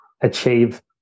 achieve